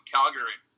Calgary